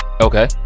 okay